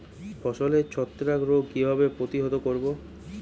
ফসলের ছত্রাক রোগ কিভাবে প্রতিহত করব?